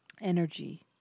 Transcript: energy